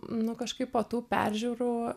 nu kažkaip po tų peržiūrų